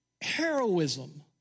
Heroism